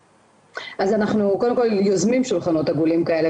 אז אנחנו קודם כל יוזמים שולחנות עגולים כאלה